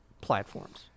platforms